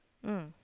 mm